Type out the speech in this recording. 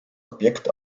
objekt